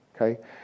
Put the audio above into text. okay